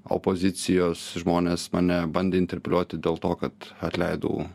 opozicijos žmonės mane bandė interpretuoti dėl to kad atleidau